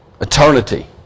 eternity